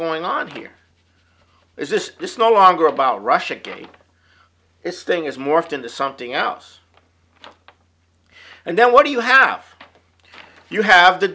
going on here is this this is no longer about russia getting its thing is morphed into something else and then what do you have you have the